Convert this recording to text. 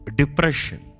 depression